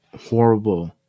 horrible